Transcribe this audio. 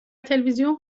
تلویزیون